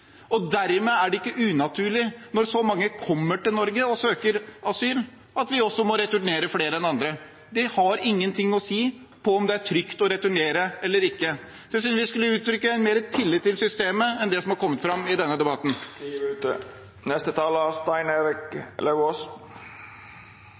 dermed er det ikke unaturlig – når så mange kommer til Norge og søker asyl – at vi også må returnere flere enn andre. Det har ingenting å si for om det er trygt å returnere eller ikke. Jeg synes vi burde uttrykke mer tillit til systemet enn det som har kommet fram i denne debatten. Jeg hører at representantene Ørmen-Johnsen og Engen-Helgheim viser til